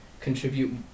contribute